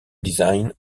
design